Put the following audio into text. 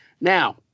Now